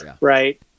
Right